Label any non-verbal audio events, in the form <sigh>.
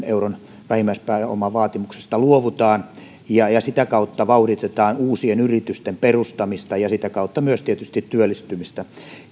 <unintelligible> euron vähimmäispääomavaatimuksesta luovutaan ja ja sitä kautta vauhditetaan uusien yritysten perustamista ja sitä kautta tietysti myös työllistymistä